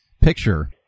picture